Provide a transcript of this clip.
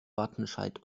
wattenscheid